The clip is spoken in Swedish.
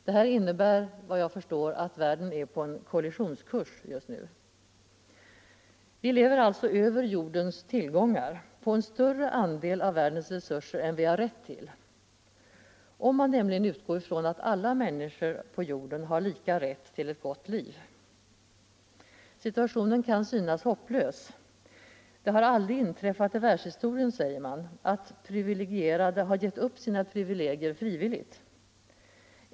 Detta innebär, efter vad jag förstår, att världen är på kollisionskurs just nu. Vi lever alltså över jordens tillgångar, på en större andel av världens resurser än vi har rätt till - om man nämligen utgår från att alla människor på jorden har lika rätt till ett gott liv. Situationen kan synas hopplös. Det har aldrig inträffat i världshistorien, säger man, att privilegierade har gett upp sina privilegier frivilligt.